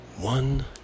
One